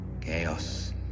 Chaos